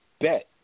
bet